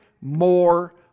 more